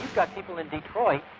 people in detroit,